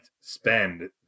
spend